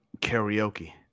karaoke